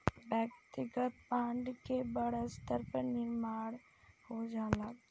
वैयक्तिक ब्रांड के बड़ स्तर पर निर्माण हो जाला